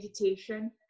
meditation